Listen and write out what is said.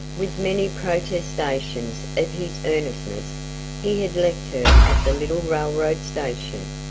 with many protestations of his earnestness he had left her at the little railroad station,